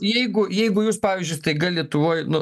jeigu jeigu jūs pavyzdžiui staiga lietuvoj nu